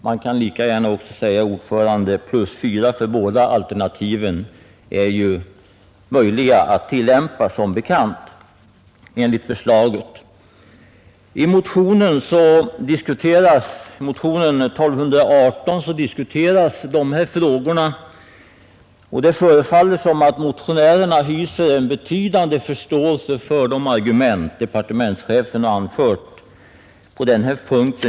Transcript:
Man kan lika gärna säga ordföranden plus fyra, ty båda alternativen är som bekant möjliga att tillämpa enligt förslaget. I motionen 1218 diskuteras dessa frågor, och det förefaller som om motionärerna hyser en betydande förståelse för de argument som departementschefen anfört på denna punkt.